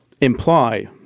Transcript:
imply –